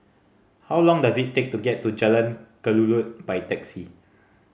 how long does it take to get to Jalan Kelulut by taxi